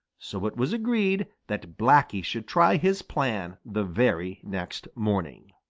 so it was agreed that blacky should try his plan the very next morning.